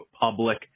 Public